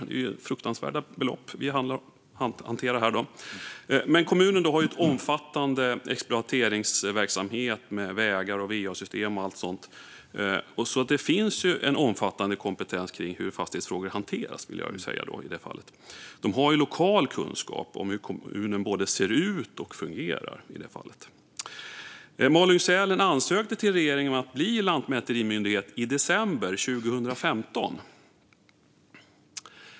Det är ju fruktansvärda belopp att hantera. Men kommunen har en omfattande exploateringsverksamhet med vägar och va-system och allt sådant, så jag vill säga att det finns en omfattande kompetens kring hur fastighetsfrågor hanteras. Man har lokal kunskap om hur kommunen både ser ut och fungerar. Malung-Sälen ansökte till regeringen om att bli lantmäterimyndighet i december 2015.